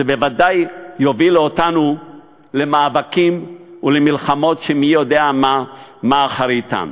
זה בוודאי יוביל אותנו למאבקים ולמלחמות שמי יודע מה אחריתם.